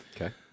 Okay